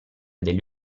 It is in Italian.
degli